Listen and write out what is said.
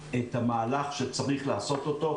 את המהלך שצריך לעשות אותו,